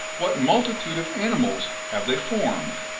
what multitude of animals have they formed,